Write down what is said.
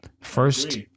First